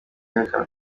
yerekana